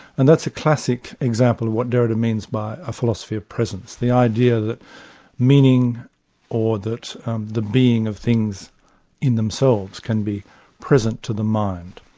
and that's a classic example of what derrida means by a philosophy of presence, the idea that meaning or that the being of things in themselves can be present to the mind.